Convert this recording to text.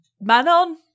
Manon